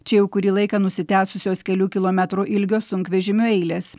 čia jau kurį laiką nusitęsusios kelių kilometrų ilgio sunkvežimių eilės